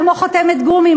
כמו חותמת גומי,